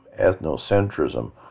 ethnocentrism